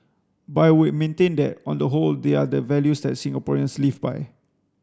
but I would maintain that on the whole they are the values that Singaporeans live by